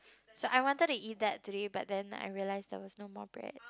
so I wanted to eat that today but then I realise there was no more bread